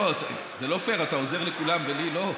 זה לא פייר, אתה עוזר לכולם ולי לא.